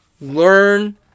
Learn